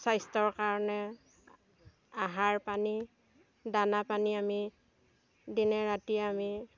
স্বাস্থ্যৰ কাৰণে আহাৰ পানী দানা পানী আমি দিনে ৰাতিয়ে আমি